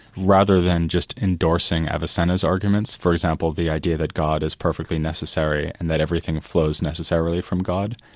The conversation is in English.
rather than just endorsing avicenna's arguments. for example, the idea that god is perfectly necessary and that everything flows necessarily from god.